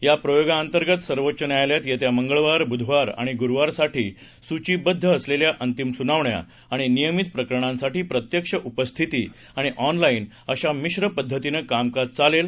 या प्रयोगाअंतर्गत सर्वोच्च न्यायालयात येत्या मंगळवार बुधवार आणि गुरुवारसाठी सूचिबद्ध असलेल्या अंतिम सूनावण्या आणि नियमित प्रकरणांसाठी प्रत्यक्ष उपस्थिती आणि ऑनलाईन अशा मिश्र पद्धतीनं कामकाज चालेल